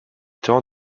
temps